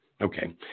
Okay